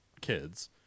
kids